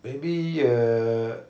maybe err